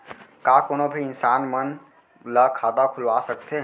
का कोनो भी इंसान मन ला खाता खुलवा सकथे?